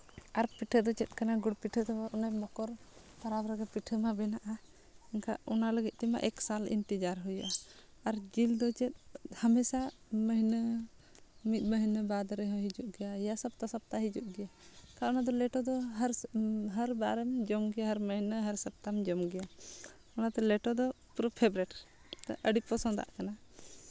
ᱟᱨ ᱯᱤᱴᱷᱟᱹ ᱫᱚ ᱪᱮᱫ ᱠᱟᱱᱟ ᱜᱩᱲ ᱯᱤᱴᱷᱟᱹ ᱫᱚ ᱚᱱᱮ ᱢᱚᱠᱚᱨ ᱢᱚᱠᱚᱨ ᱯᱚᱨᱚᱵᱽ ᱨᱮᱜᱮ ᱯᱤᱴᱷᱟᱹ ᱫᱚ ᱵᱮᱱᱟᱜᱼᱟ ᱮᱱᱠᱷᱟᱡ ᱚᱱᱟ ᱞᱟᱹᱜᱤᱫ ᱛᱮᱢᱟ ᱮᱹᱠ ᱥᱟᱞ ᱤᱤᱱᱛᱟᱹᱡᱟᱨ ᱦᱩᱭᱩᱜᱼᱟ ᱟᱨ ᱡᱤᱞ ᱫᱚ ᱪᱮᱫ ᱦᱟᱢᱮᱥᱟ ᱢᱟᱹᱦᱱᱟᱹ ᱢᱤᱫ ᱢᱟᱹᱦᱱᱟᱹ ᱵᱟᱫᱽ ᱨᱮᱦᱚᱸ ᱦᱤᱡᱩᱜ ᱜᱮᱭᱟ ᱭᱟ ᱥᱚᱯᱛᱟ ᱥᱚᱯᱛᱟ ᱵᱟᱫᱽ ᱨᱮᱦᱚᱸ ᱦᱤᱡᱩᱜ ᱜᱮᱭᱟ ᱮᱱᱠᱷᱟᱡ ᱚᱱᱟ ᱞᱮᱴᱚ ᱫᱚ ᱦᱟᱨ ᱵᱟᱨ ᱡᱚᱢ ᱮᱭᱟ ᱦᱟᱨ ᱢᱟᱹᱦᱱᱟᱹ ᱦᱟᱨ ᱥᱟᱯᱛᱟ ᱡᱚᱢ ᱜᱮᱭᱟ ᱚᱱᱟᱛᱮ ᱞᱮᱴᱚ ᱫᱚ ᱯᱩᱨᱟᱹ ᱯᱷᱮᱵᱽᱨᱤᱴ ᱟᱹᱰᱤ ᱯᱚᱥᱚᱱᱫ ᱟᱜ ᱠᱟᱱᱟ